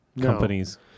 companies